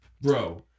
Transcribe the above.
Bro